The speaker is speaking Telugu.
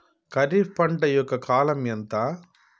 ఖరీఫ్ పంట యొక్క కాలం ఎంత?